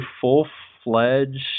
full-fledged